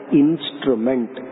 instrument